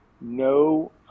no